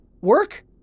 work